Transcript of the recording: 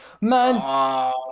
Man